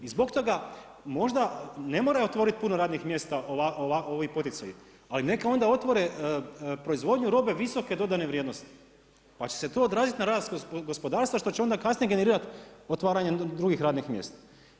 I zbog toga možda ne moraju otvoriti puno radnih mjesta ovi poticaji, ali neka onda otvore proizvodnju robe visoke dodane vrijednosti pa će se to odraziti na rast gospodarstva što će onda kasnije generirati otvaranjem drugih radnih mjesta.